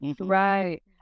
Right